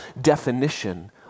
definition